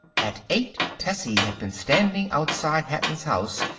at eight tessie had been standing outside hatton's house,